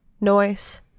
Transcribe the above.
noise